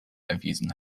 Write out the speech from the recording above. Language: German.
erwiesen